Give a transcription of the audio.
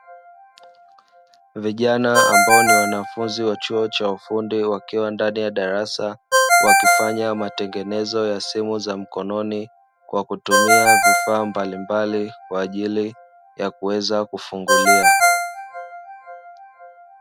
Vijana ambao ni wanafunzi wa chuo cha ufundi, wakiwa ndani ya darasa, wakifanya matengenezo ya simu za mkononi kwa kutumia vifaa mbalimbali kwa ajili ya kuweza kufungulia.